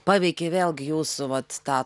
paveikė vėlgi jūsų vat tą